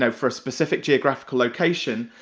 um for a specific geographical location,